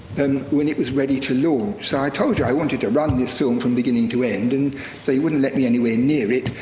and when it was ready to launch. so i told you i wanted to run this film from beginning to end, and they wouldn't let me anywhere near it,